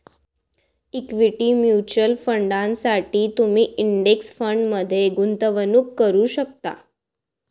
equity mutual फंडांसाठी तुम्ही index फंडमध्ये गुंतवणूक करू शकता